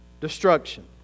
destruction